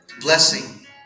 blessing